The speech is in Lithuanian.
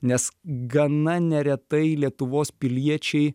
nes gana neretai lietuvos piliečiai